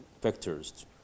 factors